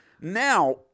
Now